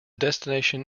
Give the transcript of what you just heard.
destination